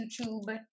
YouTube